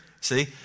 See